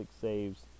saves